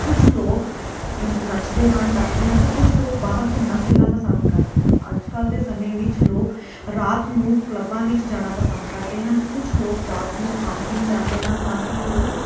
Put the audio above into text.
ਕੁਝ ਲੋਕ ਨੱਚਦੇ ਹਨ ਟੱਪਦੇ ਹਨ ਅਤੇ ਕੁਝ ਲੋਕ ਬਾਹਰ ਘੁੰਮਣਾ ਫਿਰਨਾ ਪਸੰਦ ਕਰਦੇ ਹਨ ਅੱਜ ਕੱਲ੍ਹ ਦੇ ਸਮੇਂ ਵਿੱਚ ਲੋਕ ਰਾਤ ਨੂੰ ਕਲੱਬਾਂ ਵਿੱਚ ਜਾਣਾ ਪਸੰਦ ਕਰਦੇ ਹਨ ਕੁਝ ਲੋਕ ਰਾਤ ਨੂੰ ਖਾਣ ਪੀਣ ਜਾਂਦੇ ਹਨ ਤਾਂ ਕਿ ਉਹ